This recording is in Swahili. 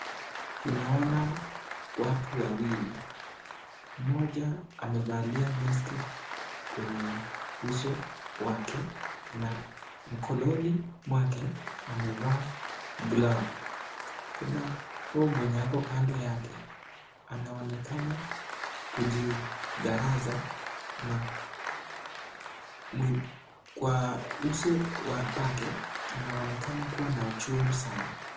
Tunaona watu wawili. Mmoja amevalia maski kwenye uso wake na mkononi mwake amevaa glovu. Kuna huyo mwanamke kando yake. Anaonekana kujigaraza na kwa uso wake anaonekana kuwa na uchungu sana.